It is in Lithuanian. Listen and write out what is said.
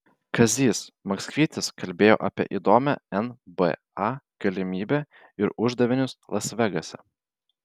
kazys maksvytis kalbėjo apie įdomią nba galimybę ir uždavinius las vegase